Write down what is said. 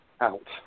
out